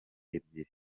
ebyiri